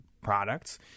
products